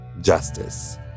Justice